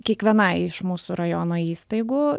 kiekvienai iš mūsų rajono įstaigų